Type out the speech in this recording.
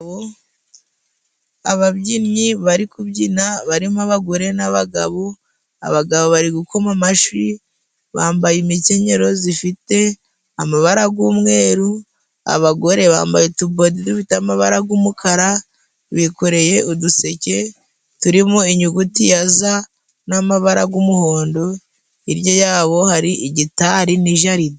Ababyinnyi bari kubyina barimo abagore n'abagabo abagabo bari gukoma amashi bambaye imikenyero zifite amabara g'umweru abagore bambaye utubodi dufite amabara g'umukara bikoreye uduseke turimo inyuguti ya za n'amabara g'umuhondo hirya yabo hari igitari ni jaride.